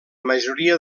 majoria